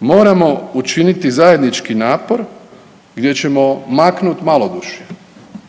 moramo učiniti zajednički napor gdje ćemo maknut malodušje,